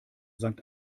sankt